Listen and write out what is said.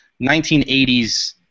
1980s